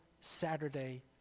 Saturday